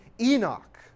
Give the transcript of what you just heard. Enoch